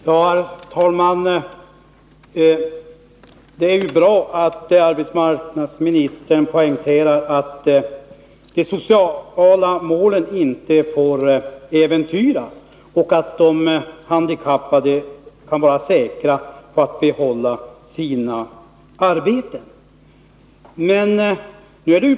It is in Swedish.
Herr talman! Det är bra att arbetsmarknadsministern poängterar att de Om driften vid sociala målen inte får äventyras och att de handikappade kan vara säkra på SA FAC:s verkstad att få behålla sina arbeten.